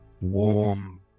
warm